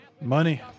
Money